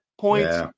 points